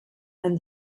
and